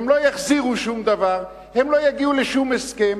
הם לא יחזירו שום דבר, הם לא יגיעו לשום הסכם.